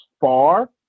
far